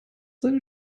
seine